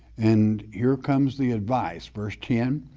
and here comes the advice. verse ten,